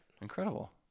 Incredible